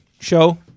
show